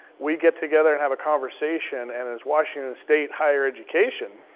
we get together and have a conversation. and as washington state higher education,